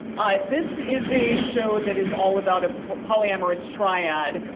this is a show that is all about a polyamorous triad.